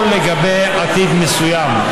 או, לגבי תפקיד מסוים.